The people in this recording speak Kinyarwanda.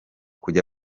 kujya